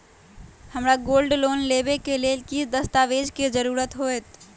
हमरा gold loan लेबे के लेल कि कि दस्ताबेज के जरूरत होयेत?